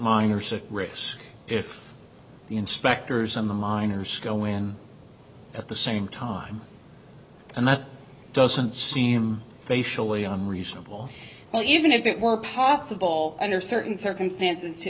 a risk if the inspectors in the miners go in at the same time and that doesn't seem facially unreasonable well even if it were possible under certain circumstances to